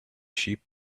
sheep